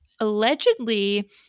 allegedly